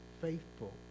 faithful